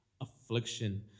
affliction